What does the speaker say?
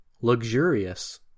Luxurious